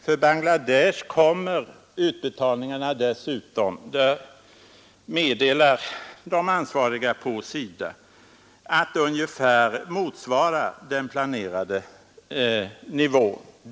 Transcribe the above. För Bangladesh kommer utbetalningarna dessutom — det meddelar de ansvariga på SIDA — i år att ungefär motsvara den planerade nivån.